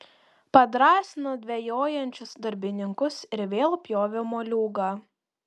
padrąsino dvejojančius darbininkus ir vėl pjovė moliūgą